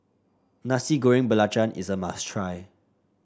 Nasi Goreng Belacan is a must try